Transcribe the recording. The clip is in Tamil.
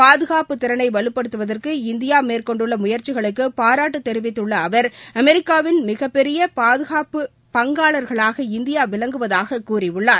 பாதுகாப்புத் திறனை வலுப்படுத்துவதற்கு இந்தியா மேற்கொண்டுள்ள முயற்சிகளுக்கு பாராட்டு தெரிவித்துள்ள அவர் அமெரிக்காவின் மிகப்பெரிய பாதுகாப்பு பங்காளராக இந்தியா விளங்குவதாகக் கூறியுள்ளார்